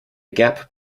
gap